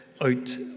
out